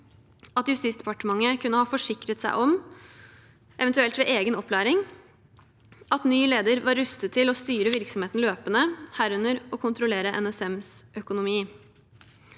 at Justisdepartementet kunne ha forsikret seg om, eventuelt ved egen opplæring, at ny leder var rustet til å styre virksomheten løpende, herunder å kontrollere NSMs økonomi.